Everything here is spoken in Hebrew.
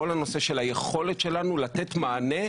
כל הנושא של היכולת שלנו לתת מענה,